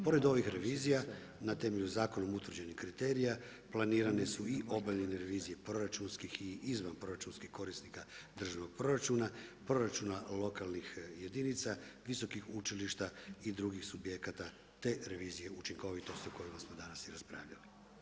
Pored ovih revizija na temelju zakona utvrđenih kriterija, planirane su i obavljen revizije proračunskih i izvanproračunskih korisnika državnog proračuna, proračuna lokalnih jedinica, visokih učilišta i drugih subjekata te revizije učinkovitosti o kojima smo danas i raspravljali.